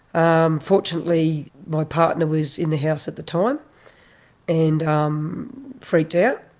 um fortunately, my partner was in the house at the time and um freaked out.